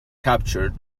captured